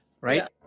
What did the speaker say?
right